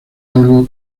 algo